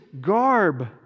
garb